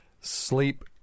sleep